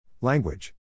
Language